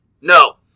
No